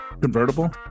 convertible